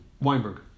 Weinberg